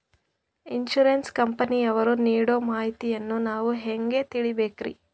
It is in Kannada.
ಇನ್ಸೂರೆನ್ಸ್ ಕಂಪನಿಯವರು ನೀಡೋ ಮಾಹಿತಿಯನ್ನು ನಾವು ಹೆಂಗಾ ತಿಳಿಬೇಕ್ರಿ?